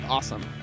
awesome